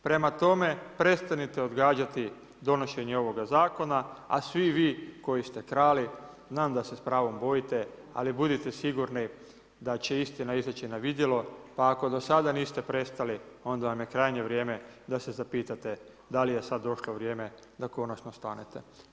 Prema tome, prestanite odgađati donošenje ovog Zakona, a svi vi koji ste krali, znam da se s pravom bojite, ali budite sigurni da će istina izaći na vidjelo, pa ako do sada niste prestali, onda vam je krajnje vrijeme da se zapitate da li je sad došlo vrijeme da konačno stanete.